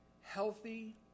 healthy